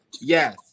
yes